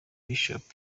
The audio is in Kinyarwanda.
bishops